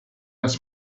ask